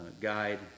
guide